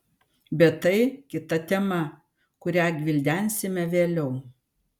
bet tai kita tema kurią gvildensime vėliau